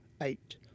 Eight